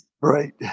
Right